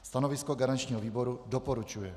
Stanovisko garančního výboru: doporučuje.